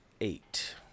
eight